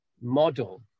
model